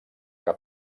que